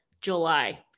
July